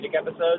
episodes